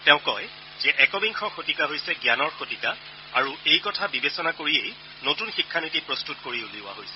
তেওঁ কয় যে একবিংশ শতিকা হৈছে জ্ঞানৰ শতিকা আৰু এই কথা বিবেচনা কৰিয়ে নতুন শিক্ষানীতি প্ৰস্তত কৰি উলিওৱা হৈছে